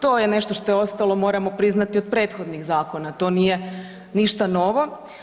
To je nešto što je ostalo moramo priznati od prethodnih zakona, to nije ništa novo.